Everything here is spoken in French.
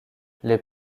les